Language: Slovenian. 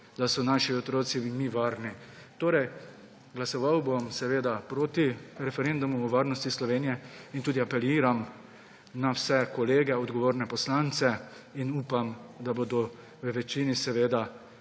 da so naši otroci in mi varni. Torej glasoval bom seveda proti referendumu o varnosti Slovenije in tudi apeliram na vse kolege, odgovorne poslance in upam, da bodo v večini seveda